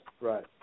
right